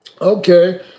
okay